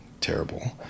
terrible